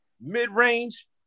mid-range